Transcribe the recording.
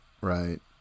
right